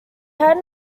had